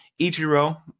Ichiro